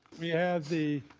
we have the